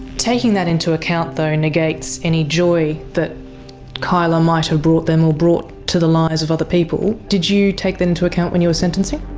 taking that into account though negates any joy that kyla might have brought them or brought to the lives of other people. did you take that into account when you were sentencing?